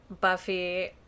Buffy